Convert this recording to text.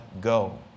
go